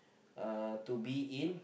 uh to be in